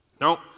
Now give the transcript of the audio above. No